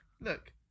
look